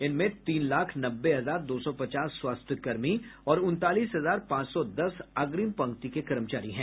इनमें तीन लाख नब्बे हजार दो सौ पचास स्वास्थ्य कर्मी और उनतालीस हजार पांच सौ दस अग्रिम पंक्ति के कर्मचारी हैं